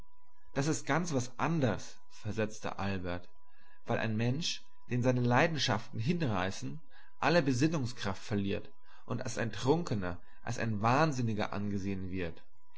das ist ganz was anders versetzte albert weil ein mensch den seine leidenschaften hinreißen alle besinnungskraft verliert und als ein trunkener als ein wahnsinniger angesehen wird